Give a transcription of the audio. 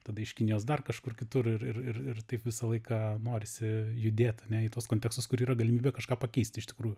tada iš kinijos dar kažkur kitur ir ir ir ir taip visą laiką norisi judėt ane į tuos kontekstus kur yra galimybė kažką pakeisti iš tikrųjų